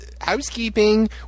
Housekeeping